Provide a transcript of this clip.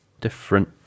different